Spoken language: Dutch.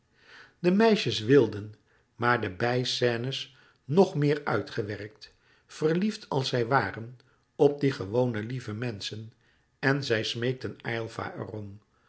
de meisjes wilden maar de bij scènes louis couperus metamorfoze nog meer uitgewerkt verliefd als zij waren op die gewone lieve menschen en zij smeekten aylva